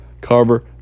Carver